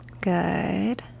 Good